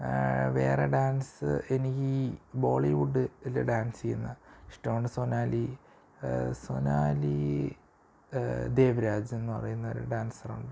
വേറെ ഡാൻസ് എനിക്കീ ബോളിവുഡ് ല് ഡാൻസ് ചെയ്യുന്നത് ഇഷ്ടമാണ് സൊനാലി സൊനാലീ ദേവരാജെന്നു പറയുന്ന ഒരു ഡാൻസറുണ്ട്